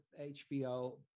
HBO